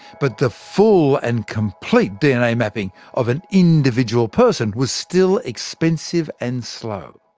but the full and complete dna mapping of an individual person was still expensive and slow.